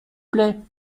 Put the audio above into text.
plaît